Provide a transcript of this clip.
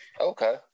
Okay